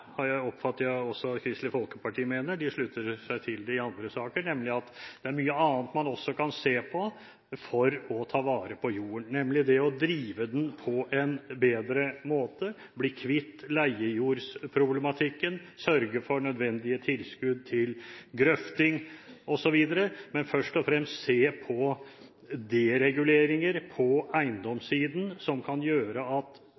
oppfatter jeg også at Kristelig Folkeparti mener, for de slutter seg til det i andre saker – at det er mye annet man også kan se på for å ta vare på jorden. Man kan drive den på en bedre måte, bli kvitt leiejordsproblematikken, sørge for nødvendige tilskudd til grøfting, osv. Men først og fremst bør man se på dereguleringer på eiendomssiden, som kan gjøre at